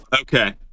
Okay